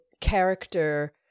character